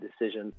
decision